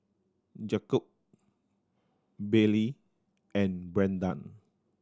Jakob Baylee and Brandan